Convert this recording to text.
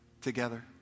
together